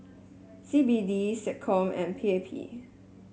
C B D SecCom and P A P